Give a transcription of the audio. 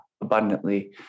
abundantly